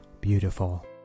beautiful